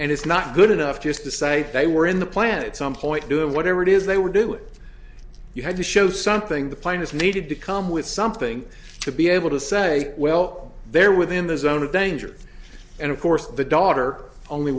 and it's not good enough just to say they were in the plant some point doing whatever it is they were doing you had to show something the plane is needed to come with something to be able to say well they're within the zone of danger and of course the daughter only